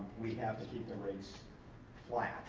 we have to keep the rates flat